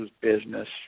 business